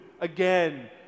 again